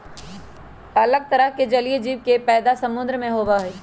अलग तरह के जलीय जीव के पैदा समुद्र में होबा हई